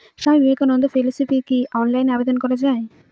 স্বামী বিবেকানন্দ ফেলোশিপে কি অনলাইনে আবেদন করা য়ায়?